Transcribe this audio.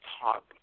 talk